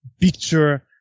picture